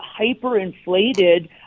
hyperinflated